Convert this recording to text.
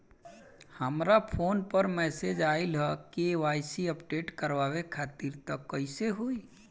हमरा फोन पर मैसेज आइलह के.वाइ.सी अपडेट करवावे खातिर त कइसे होई?